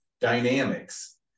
dynamics